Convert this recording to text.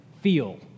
feel